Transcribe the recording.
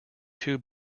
two